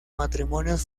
matrimonios